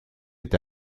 est